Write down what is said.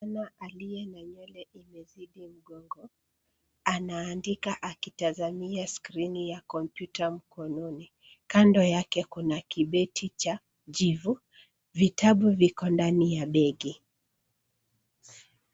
Msichana aliye na nywele imezidi mgongo anaandika akitazamia skirini ya kompyuta mkononi. Kando yake kuna kibeti cha jivu, vitabu viko ndani ya begi.